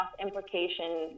implication